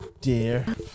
dear